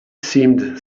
seemed